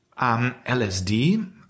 LSD